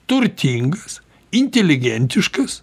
turtingas inteligentiškas